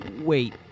wait